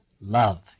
love